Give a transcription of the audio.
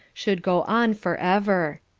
should go on for ever.